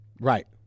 Right